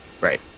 Right